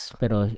pero